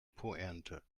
pointe